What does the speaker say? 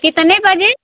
कितने बजे